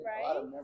Right